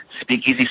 speakeasy